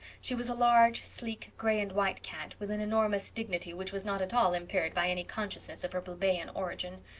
she was a large, sleek, gray-and-white cat, with an enormous dignity which was not at all impaired by any consciousness of her plebian origin.